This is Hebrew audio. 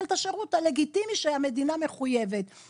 את השירות הלגיטימי שהמדינה מחויבת לו.